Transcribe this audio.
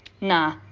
Nah